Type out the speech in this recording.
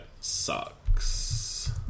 sucks